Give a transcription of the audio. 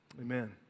Amen